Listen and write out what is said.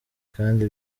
kandi